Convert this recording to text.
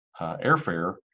airfare